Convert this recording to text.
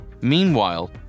Meanwhile